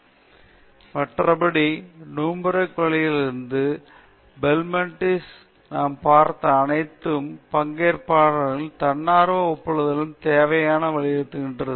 45 மறுபடியும் நூரெம்பெர்க் வழியிலிருந்து பெல்மண்ட்டில் நாம் பார்த்த அனைத்தும் பங்கேற்பாளர்களிடமிருந்து தன்னார்வ ஒப்புதலுக்கான தேவையை வலியுறுத்தியது